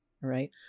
right